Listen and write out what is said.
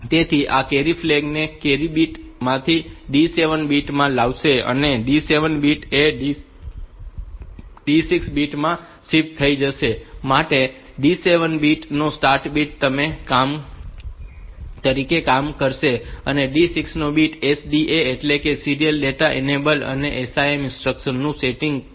તેથી આ carry flag ને કેરી બીટ માંથી D 7 બીટ માં લાવશે અને D 7 બીટ એ D6 બીટ માં શિફ્ટ થઈ જશે માટે D7 બીટ તે સ્ટાર્ટ બીટ તરીકે કામ કરશે અને D6 બીટ એ SDE એટલે કે સીરીયલ ડેટા ઇનેબલ અને SIM ઇન્સ્ટ્રક્શન્સ નું સેટિંગ હશે